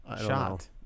shot